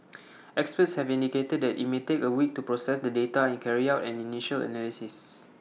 experts have indicated that IT may take A week to process the data and carry out an initial analysis